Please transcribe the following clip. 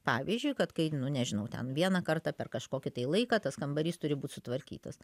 pavyzdžiui kad kai nu nežinau ten vieną kartą per kažkokį tai laiką tas kambarys turi būt sutvarkytas